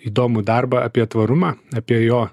įdomų darbą apie tvarumą apie jo